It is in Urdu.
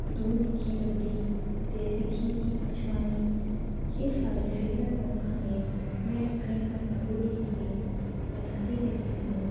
دودھ کی ربڑی دیسی گھی کی اچھوانی یہ سارے صحت مند کھانے میں اپنے گھر والوں کے لئے بناتی رہتی ہوں